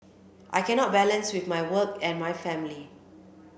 I can not balance with my work and my family